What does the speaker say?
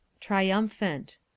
Triumphant